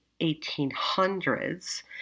1800s